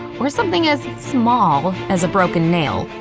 or something as small as a broken nail,